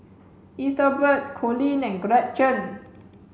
Ethelbert Coleen and Gretchen